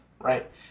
right